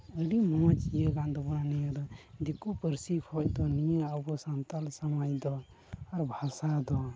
ᱟᱹᱰᱤ ᱢᱚᱡᱽ ᱤᱭᱟᱹ ᱠᱟᱱ ᱛᱟᱵᱚᱱᱟ ᱱᱤᱭᱟᱹ ᱫᱚ ᱫᱤᱠᱩ ᱯᱟᱹᱨᱥᱤ ᱠᱷᱚᱱ ᱫᱚ ᱱᱤᱭᱟᱹ ᱟᱵᱚ ᱥᱟᱱᱛᱟᱲ ᱥᱚᱢᱟᱡᱽ ᱫᱚ ᱟᱨ ᱵᱷᱟᱥᱟ ᱫᱚ